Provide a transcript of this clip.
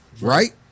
right